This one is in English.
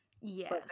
Yes